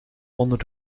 onder